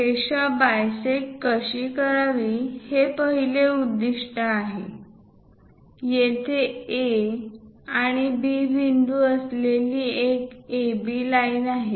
रेषा बायसेक्टकशी करावी हे पहिले उद्दीष्ट आहे येथे A आणि B बिंदू असलेली एक AB लाइन आहे